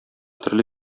төрле